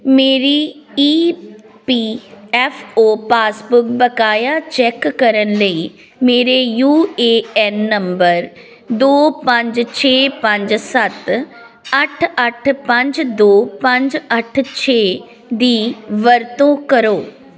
ਮੇਰੀ E P F O passbook ਬਕਾਇਆ check ਕਰਨ ਲਈ ਮੇਰੇ ਯੂ ਏ ਐੱਨ ਨੰਬਰ ਦੋ ਪੰਜ ਛੇ ਪੰਜ ਸੱਤ ਅੱਠ ਅੱਠ ਪੰਜ ਦੋ ਪੰਜ ਅੱਠ ਛੇ ਦੀ ਵਰਤੋਂ ਕਰੋ